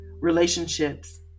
relationships